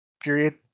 period